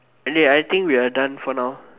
and dey I think we are done for now